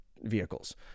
vehicles